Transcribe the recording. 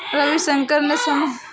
रविशंकर ने समय से पहले ही ऋण चुका दिया